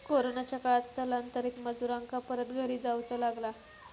कोरोनाच्या काळात स्थलांतरित मजुरांका परत घरी जाऊचा लागला